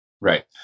Right